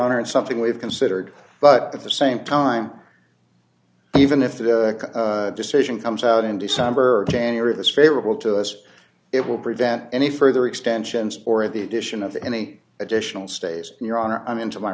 honor and something we've considered but at the same time even if the decision comes out in december or january of this favorable to us it will prevent any further extensions or the addition of any additional stays your honor i'm into my